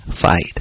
fight